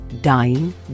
dying